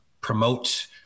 promote